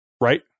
Right